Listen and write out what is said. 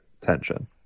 tension